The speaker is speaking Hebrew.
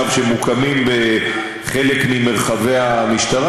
הם מוקמים עכשיו בחלק ממרחבי המשטרה.